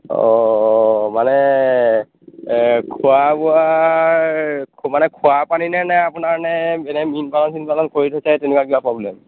অঁ মানে এ খোৱা বোৱাৰ মানে খোৱা পানী নে নে আপোনাৰ নে এনে মীনপালন চীনপালন কৰি থকা তেনেকুৱা কিবা প্ৰব্লেম